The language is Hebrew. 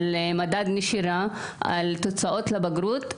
על מדד נשירה על תוצאות בבגרות.